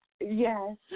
Yes